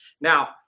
Now